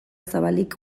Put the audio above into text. zabalik